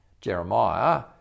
Jeremiah